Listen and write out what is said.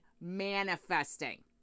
manifesting